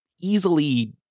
easily